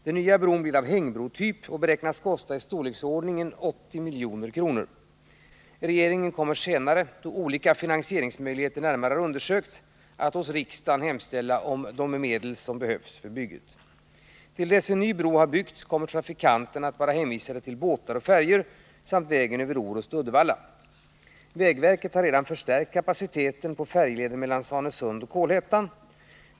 Den nya bron blir av hängbrotyp och beräknas kosta i storleksordningen 80 milj.kr. Regeringen kommer senare, då olika finansieringsmöjligheter närmare har undersökts, att hos riksdagen hemställa om medel för bygget. Till dess att en ny bro har byggts kommer trafikanterna att vara hänvisade till båtar och färjor samt vägen över Orust och Uddevalla. Vägverket har redan förstärkt kapaciteten på färjeleden mellan Svanesund och Kolhättan.